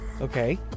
Okay